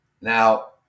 now